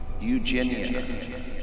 Eugenia